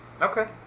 Okay